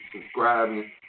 subscribing